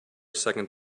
second